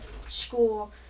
school